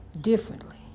differently